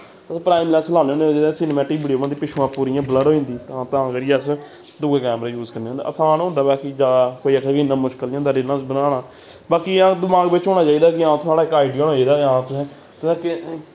prime lens लाने होने जेह्दे नै सिनमैटिक गईिम होंदी पिछमां इ'यां ब्लर होई जंदी गां करियै अस दुऐ कैमरे यूज करने आसान होंदा बाकी कोई आक्खै कि इन्ना मुश्किल निं होंदा रीलां बनाना बाकी एह् ऐ कि दमाग बिच्च होना चाहिदा हां कि थुआढ़ा इक आइडिया होना चाहिदा हां तुसें